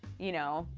you know.